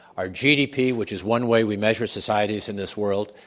our gdp which is one way we measure societies in this world,